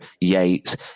Yates